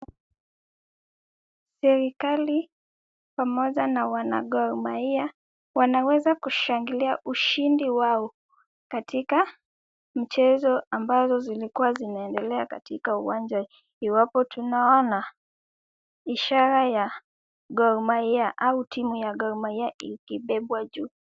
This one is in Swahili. Serikali pamoja na wana Gor Mahia wanaweza kushangilia ushindi wao katika mchezo ambazo zilikuwa zinaendelea katika uwanja, iwapo tunaona ishara ya Gor Mahia au timu ya Gor Mahia ikibebwa juu.